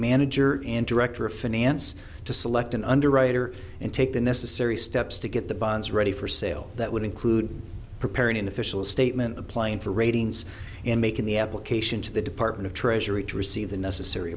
manager interactor of finance to select an underwriter and take the necessary steps to get the bonds ready for sale that would include preparing an official statement applying for ratings and making the application to the department of treasury to receive the necessary